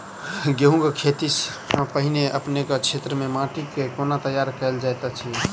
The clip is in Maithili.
गेंहूँ केँ खेती सँ पहिने अपनेक केँ क्षेत्र मे माटि केँ कोना तैयार काल जाइत अछि?